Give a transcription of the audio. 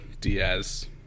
Diaz